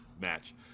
match